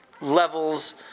levels